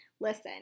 Listen